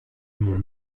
mont